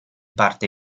parte